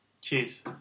Cheers